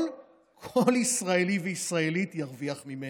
כל ישראלי וישראלית ירוויחו ממנה.